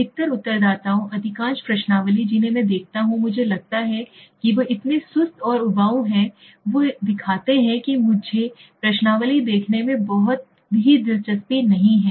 अधिकतर उत्तरदाताओं अधिकांश प्रश्नावली जिन्हें मैं देखता हूं मुझे लगता है कि वे इतने सुस्त और उबाऊ हैं वे दिखाते हैं कि मुझे प्रश्नावली देखने में भी दिलचस्पी नहीं है